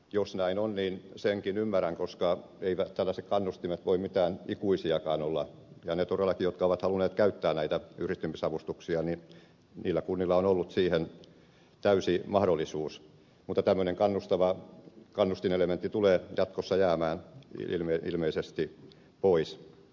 jos näin on niin senkin ymmärrän koska eivät tällaiset kannustimet voi mitään ikuisiakaan olla ja niillä kunnilla todellakin jotka ovat halunneet käyttää näitä yhdistymisavustuksia on ollut siihen täysi mahdollisuus mutta tämmöinen kannustava kannustinelementti tulee jatkossa jäämään ilmeisesti pois